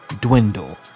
dwindle